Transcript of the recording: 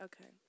Okay